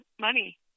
money